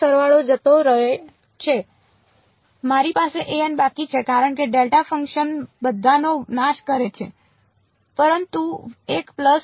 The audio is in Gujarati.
સરવાળો જતો રહે છે મારી પાસે બાકી છે કારણ કે ડેલ્ટા ફંક્શન બધાનો નાશ કરે છે પરંતુ 1 પલ્સ